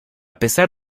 pesar